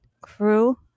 crew